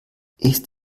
ist